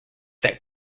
that